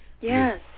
Yes